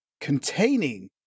containing